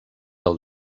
del